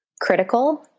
critical